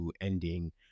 ending